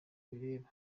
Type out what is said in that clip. bibareba